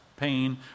pain